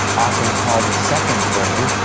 often called the second brain,